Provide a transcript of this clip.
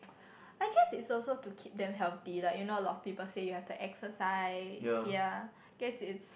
I guess it's also to keep them healthy lah you know a lot of people say you have to exercise ya guess it's